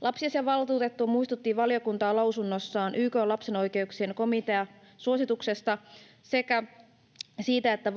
Lapsiasiavaltuutettu muistutti lausunnossaan valiokuntaa YK:n lapsen oikeuksien komitean suosituksesta sekä siitä, että